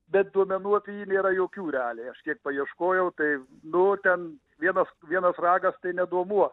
bet duomenų apie yra jokių realiai aš kiek paieškojau tai buvo ten vienas ragas tai